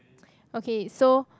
okay so